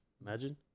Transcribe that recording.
Imagine